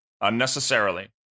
unnecessarily